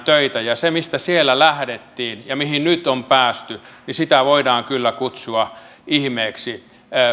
ja sitä mistä siellä lähdettiin ja mihin nyt on päästy voidaan kyllä kutsua ihmeeksi